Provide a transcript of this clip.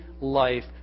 life